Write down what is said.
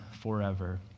forever